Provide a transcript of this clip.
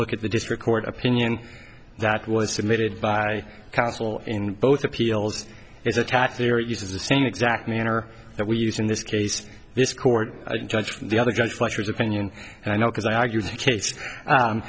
look at the district court opinion that was submitted by counsel in both appeals is attached here uses the same exact manner that we use in this case this court judge the other judge flushers opinion and i know because i argued the case